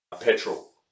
petrol